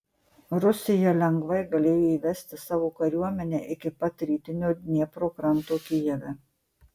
rusija lengvai galėjo įvesti savo kariuomenę iki pat rytinio dniepro kranto kijeve